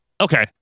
okay